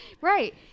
Right